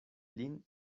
lin